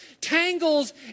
tangles